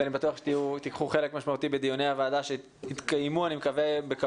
אני בטוח שתיקחו חלק משמעותי בדיוני הוועדה שיתקיימו בקרוב.